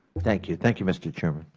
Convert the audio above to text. thank you. thank you, mr. chairman.